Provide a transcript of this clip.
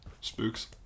Spooks